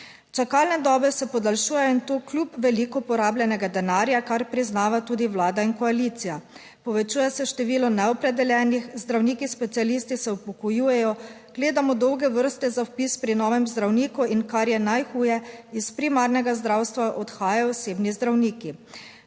Čakalne dobe se podaljšujejo in to kljub veliko porabljenega denarja, kar priznava tudi Vlada in koalicija, povečuje se število neopredeljenih, zdravniki specialisti se upokojujejo, gledamo dolge vrste za vpis pri novem zdravniku in kar je najhuje, iz primarnega zdravstva odhajajo **66.